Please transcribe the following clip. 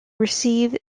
receive